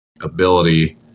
ability